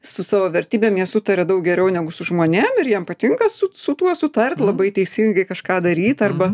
su savo vertybėm jie sutaria daug geriau negu su žmonėm ir jiem patinka su su tuo sutart labai teisingai kažką daryt arba